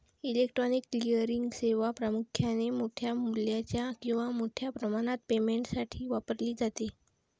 electronic clearing सेवा प्रामुख्याने मोठ्या मूल्याच्या किंवा मोठ्या प्रमाणात पेमेंटसाठी वापरली जाते